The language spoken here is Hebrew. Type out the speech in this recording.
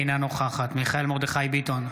אינה נוכחת מיכאל מרדכי ביטון,